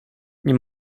nie